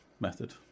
method